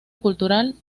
cultural